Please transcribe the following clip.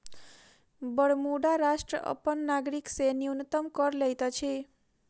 Bermuda राष्ट्र अपन नागरिक से न्यूनतम कर लैत अछि